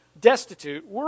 destitute